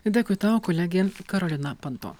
dėkui tau kolegė karolina panto